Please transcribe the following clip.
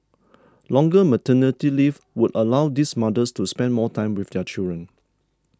longer maternity leave would allow these mothers to spend more time with their children